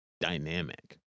dynamic